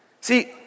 See